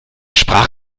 sprach